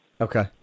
Okay